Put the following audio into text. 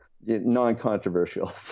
non-controversial